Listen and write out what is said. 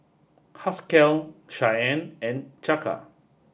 Haskell Shyanne and Chaka